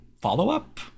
follow-up